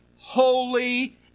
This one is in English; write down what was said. Holy